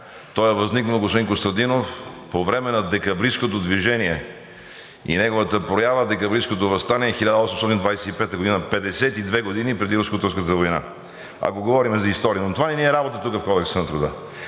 то е възникнало, господин Костадинов, по време на Декабристкото движение и неговата проява – Декабристкото въстание, е 1825 г. – 52 години преди Руско-турската война, ако говорим за история, но това не ни е работа тук, в Кодекса на труда.